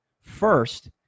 first